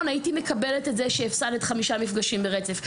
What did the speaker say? הייתי מקבלת את זה שהפסדת חמישה מפגשים ברצף.